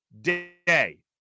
day